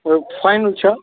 تہٕ فاینل چھا